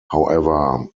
however